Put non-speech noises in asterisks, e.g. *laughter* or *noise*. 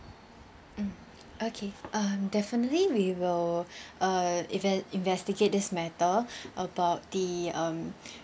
mm okay um definitely we will *breath* uh invest~ investigate this matter *breath* about the um *breath*